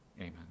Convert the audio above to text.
Amen